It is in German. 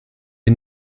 wir